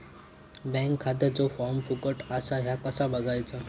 Bank खात्याचो form फुकट असा ह्या कसा बगायचा?